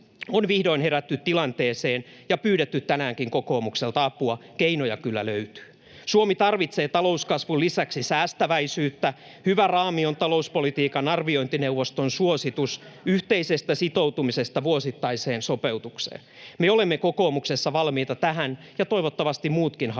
on vihdoin herätty tilanteeseen ja pyydetty tänäänkin kokoomukselta apua. Keinoja kyllä löytyy. Suomi tarvitsee talouskasvun lisäksi säästäväisyyttä. [Suna Kymäläinen: Tässä sitä rakennetaan yhteistyötä sana sanalta!] Hyvä raami on talouspolitiikan arviointineuvoston suositus yhteisestä sitoutumisesta vuosittaiseen sopeutukseen. Me olemme kokoomuksessa valmiita tähän, ja toivottavasti muutkin haluavat